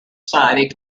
society